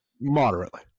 Moderately